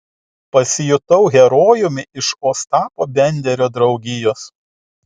pasijutau herojumi iš ostapo benderio draugijos